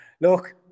Look